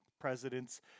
presidents